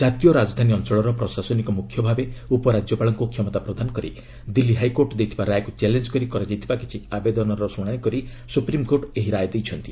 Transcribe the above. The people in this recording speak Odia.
ଜାତୀୟ ରାଜଧାନୀ ଅଞ୍ଚଳର ପ୍ରଶାସନିକ ମୁଖ୍ୟ ଭାବେ ଉପରାଜ୍ୟପାଳଙ୍କୁ କ୍ଷମତା ପ୍ରଦାନ କରି ଦିଲ୍ଲୀ ହାଇକୋର୍ଟ ଦେଇଥିବା ରାୟକୁ ଚ୍ୟାଲେଞ୍ଜ କରି କରାଯାଇଥିବା କିଛି ଆବେଦନର ଶୁଣାଣି କରି ସୁପ୍ରିମକୋର୍ଟ ଏହି ରାୟ ଦେଇଛନ୍ତି